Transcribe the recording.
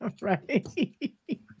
Right